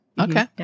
Okay